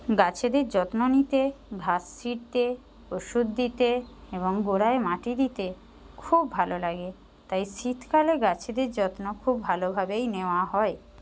গাছেদের যত্ন নিতে ঘাস ছিঁড়তে ওষুধ দিতে এবং গোড়ায় মাটি দিতে খুব ভালো লাগে তাই শীতকালে গাছেদের যত্ন খুব ভালোভাবেই নেওয়া হয়